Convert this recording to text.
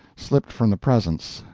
slipped from the presence,